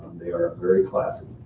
they are very classy.